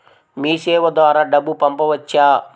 మీసేవ ద్వారా డబ్బు పంపవచ్చా?